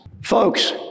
Folks